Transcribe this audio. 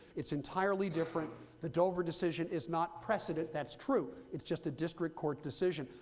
it's entirely different. the dover decision is not precedent. that's true. it's just a district court decision,